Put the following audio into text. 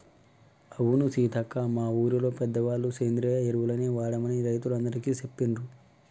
అవును సీతక్క మా ఊరిలో పెద్దవాళ్ళ సేంద్రియ ఎరువులనే వాడమని రైతులందికీ సెప్పిండ్రు